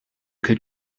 could